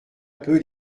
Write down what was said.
peu